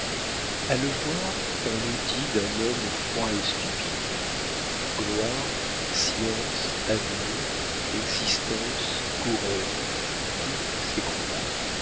a le voir on eût dit d'un homme froid et stupide gloire science avenir existence couronnes tout s'écroula